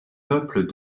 peuples